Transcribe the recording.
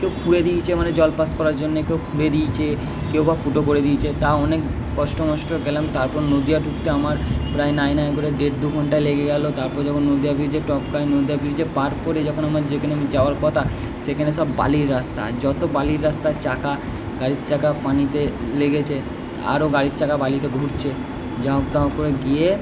কেউ খুঁড়ে দিয়েছে মানে জল পাস করার জন্যে কেউ খুঁড়ে দিয়েছে কেউ বা ফুটো করে দিয়েছে তা অনেক কষ্ট মষ্ট গেলাম তারপর নদিয়া ঢুকতে আমার প্রায় নাই নাই করে দেড় দুঘন্টা লেগে গেল তারপর যখন নদিয়া ব্রিজে টপকাই নদিয়া ব্রিজে পার করে যখন আমার যেখানে আমার যাওয়ার কতা সেখানে সব বালির রাস্তা আর যতো বালির রাস্তার চাকা গাড়ির চাকা পানিতে লেগেছে আরো গাড়ির চাকা বালিতে ঘুরছে যা হোক তা হোক করে গিয়ে